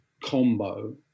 combo